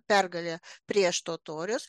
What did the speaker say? pergalę prieš totorius